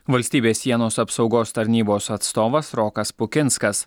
valstybės sienos apsaugos tarnybos atstovas rokas pukinskas